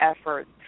efforts